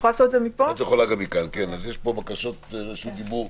(היו"ר עינב קאבלה, 10:59)